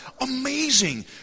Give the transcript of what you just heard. Amazing